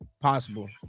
Possible